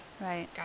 Right